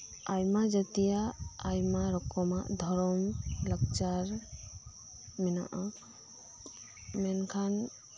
ᱟᱭᱢᱟ ᱡᱟᱹᱛᱤᱭᱟᱜ ᱟᱭᱢᱟ ᱨᱚᱠᱚᱢᱟᱜ ᱫᱷᱚᱨᱚᱢ ᱞᱟᱠᱪᱟᱨ ᱢᱮᱱᱟᱜ ᱟ ᱢᱮᱱᱠᱷᱟᱱ